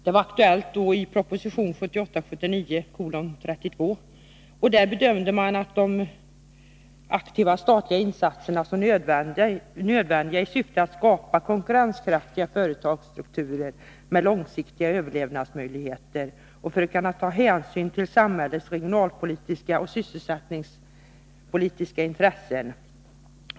I proposition 1978/79:32 bedömdes aktiva statliga insatser som nödvändiga i syfte att skapa konkurrenskraftiga företagsstrukturer med långsiktiga överlevnadsmöjligheter för att kunna ta hänsyn till samhällets regionalpolitiska och sysselsättningspolitiska intressen.